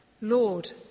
Lord